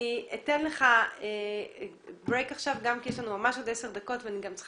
אני אתן לך הפסקה כי נשארו לנו עוד עשר דקות ואני צריכה